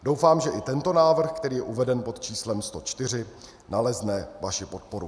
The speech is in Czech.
Doufám, že i tento návrh, který je uveden pod číslem 104, nalezne vaši podporu.